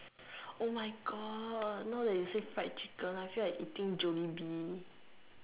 oh my god now that you say fried chicken I feel like eating Jollibee